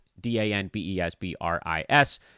D-A-N-B-E-S-B-R-I-S